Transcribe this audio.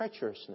treacherousness